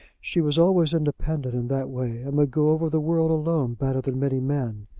she was always independent in that way, and would go over the world alone better than many men.